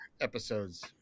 episodes